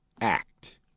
act